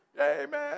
Amen